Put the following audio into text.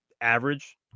average